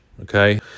okay